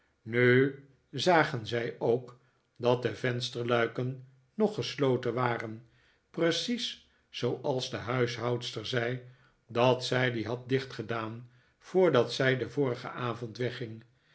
nu zagen zij ook dat de vensterluiken nog gesloten waren precies zooals de huishoudster zei dat zij die had dichtgedaan voordat zij den vorigen avond wegging